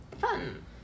fun